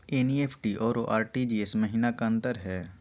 NEFT अरु RTGS महिना का अंतर हई?